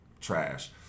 trash